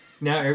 Now